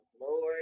lord